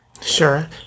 Sure